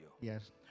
Yes